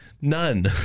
none